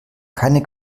keine